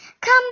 Come